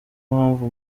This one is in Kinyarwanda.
mpamvu